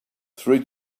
three